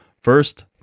First